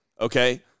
okay